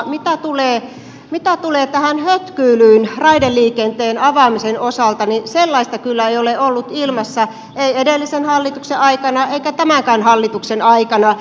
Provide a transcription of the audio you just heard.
mitä tulee tähän hötkyilyyn raideliikenteen avaamisen osalta niin sellaista kyllä ei ole ollut ilmassa ei edellisen hallituksen aikana eikä tämänkään hallituksen aikana